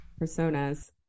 personas